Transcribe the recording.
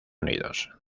unidos